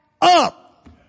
up